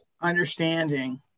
understanding